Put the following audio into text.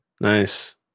nice